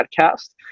podcast